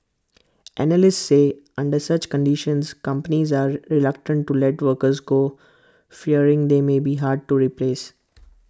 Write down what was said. analysts say under such conditions companies are reluctant to let workers go fearing they may be hard to replace